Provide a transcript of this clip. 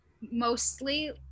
mostly